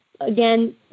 Again